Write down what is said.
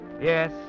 Yes